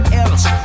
else